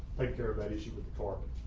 take care of an issue with the corporate